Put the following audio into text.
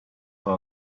for